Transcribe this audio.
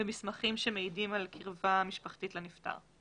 ומסמכים שמעידים על קרבה משפחתית לנפטר.